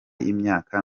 imyaka